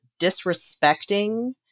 disrespecting